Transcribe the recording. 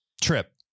Trip